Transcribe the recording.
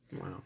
Wow